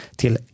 till